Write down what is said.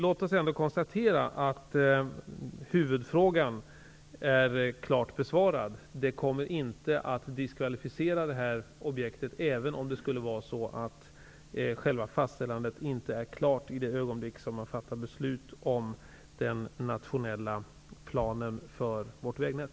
Låt oss ändå konstatera att huvudfrågan är klart besvarad. Det kommer inte att diskvalificera objektet, även om själva fastställandet inte är klart i det ögonblick som man fattar beslut om den nationella planen för vårt vägnät.